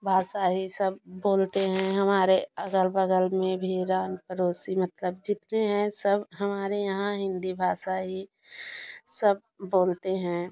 भाषा ही सब बोलते हैं हमारे अगल बगल में भी रान पड़ोसी मतलब जितने हैं सब हमारे यहाँ हिंदी भाषा ही सब बोलते हैं